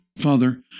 Father